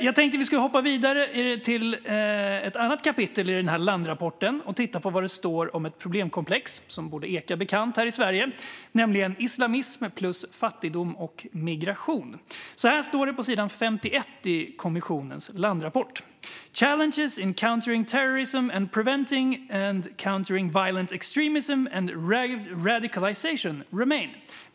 Jag tänkte att vi skulle hoppa vidare till ett annat kapitel i landrapporten och titta på vad det står om ett problemkomplex som borde eka bekant här i Sverige, nämligen islamism plus fattigdom och migration. Så här står det på sidan 51 i kommissionens landrapport: "Challenges in countering terrorism and preventing and countering violent extremism and radicalisation remain.